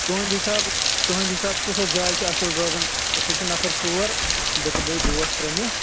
تُہٕنٛدِ حِساب تُہٕنٛدِ حِساب کُس حظ جاے چھِ اَصٕل روزان أسۍ حظ چھِ نَفر ژور بہٕ تہٕ بیٚیہِ دوس ترٛے مے